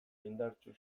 indartsu